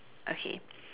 okay